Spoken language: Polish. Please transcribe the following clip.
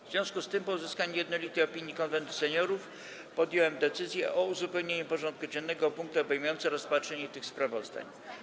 W związku z tym, po uzyskaniu jednolitej opinii Konwentu Seniorów, podjąłem decyzję o uzupełnieniu porządku dziennego o punkty obejmujące rozpatrzenie tych sprawozdań.